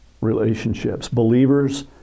relationships—believers